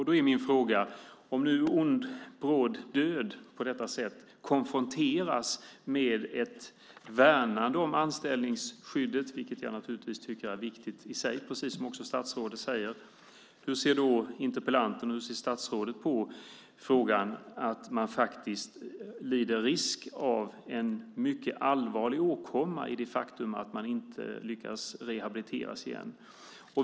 Då är min fråga: Om en ond bråd död på detta sätt konfronteras med ett värnande om anställningsskyddet - vilket jag naturligtvis tycker är viktigt i sig precis som statsrådet säger - hur ser interpellanten och statsrådet på att man faktiskt lider risk av en mycket allvarlig åkomma därför att man inte lyckats rehabiliteras igen?